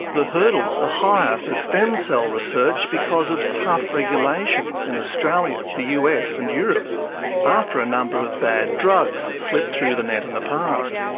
the hurdles are higher for stem cell research because of tough regulations in australia, the us and europe after a number of bad drugs slipped through the net in the past.